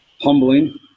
humbling